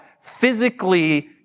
physically